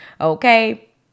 Okay